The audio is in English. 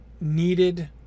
needed